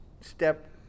step